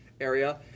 area